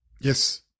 Yes